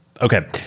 Okay